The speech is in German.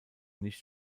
nicht